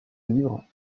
livres